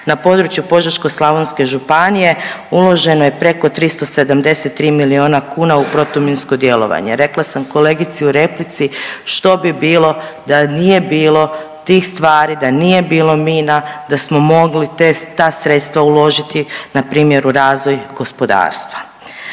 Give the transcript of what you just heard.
Na području Požeško-slavonske županije uloženo je preko 373 miliona kuna u protuminsko djelovanje. Rekla sam kolegici u replici što bi bilo da nije bilo tih stvari, da nije bilo mina, da smo mogli ta sredstva uložiti, npr. u razvoj gospodarstva.